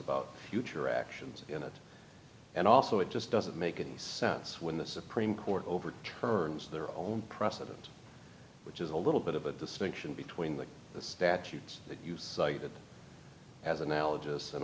about future actions in it and also it just doesn't make any sense when the supreme court overturns their own precedent which is a little bit of a distinction between the statutes that you cited as analogise and